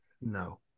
No